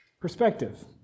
perspective